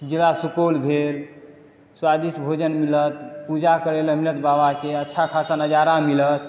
ज़िला सुपौल भेल स्वादिष्ट भोजन मिलत पूजा करय लए मिलत बाबा के अच्छा खासा नजारा मिलत